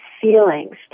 feelings